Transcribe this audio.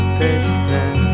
business